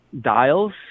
dials